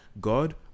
God